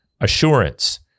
assurance